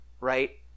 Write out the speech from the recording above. right